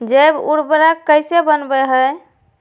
जैव उर्वरक कैसे वनवय हैय?